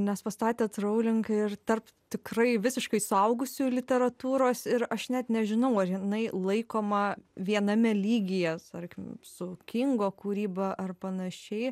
nes pastatėt rowling ir tarp tikrai visiškai suaugusiųjų literatūros ir aš net nežinau ar jinai laikoma viename lygyje tarkim su kingo kūryba ar panašiai